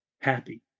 happy